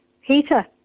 heater